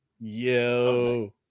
yo